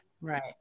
Right